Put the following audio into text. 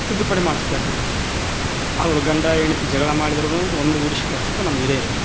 ತಿದ್ದುಪಡಿ ಮಾಡಸ್ತೀವಿ ಯಾಕಂದ್ರ ಅವರು ಗಂಡ ಹೆಂಡ್ತಿ ಜಗಳ ಮಾಡಿದರೂನು ಒಂದ್ಗೂಡ್ಸಿ ಕಳ್ಸದು ನಮ್ಮ ಹಿರಿಯರೆ